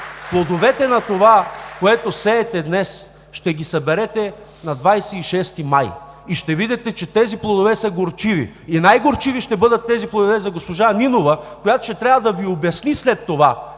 плодовете на това, което сеете днес, ще ги събирате на 26 май и ще видите, че тези плодове са горчиви. И най-горчиви ще бъдат тези плодове за госпожа Нинова, която ще трябва да Ви обясни след това